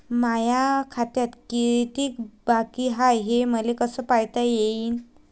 माया खात्यात कितीक बाकी हाय, हे मले कस पायता येईन?